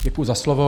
Děkuji za slovo.